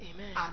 Amen